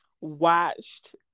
watched